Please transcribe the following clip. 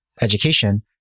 education